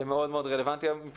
זה מאוד מאוד רלוונטי מבחינתנו.